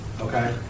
okay